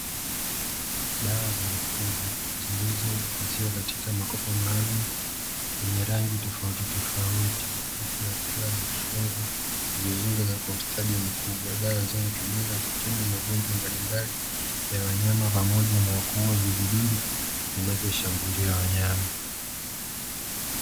Dawa za mifugo zilizohifadhiwa katika makopo maalumu, yenye rangi tofauti tofauti huku yakiwa yamefungwa vizuri na kwa ustadi mkubwa. Dawa zinazotumika kutibu magonjwa mbalimbali ya wanyama pamoja na kuuwa vijidudu vinavyoshambulia wanyama.